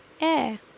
air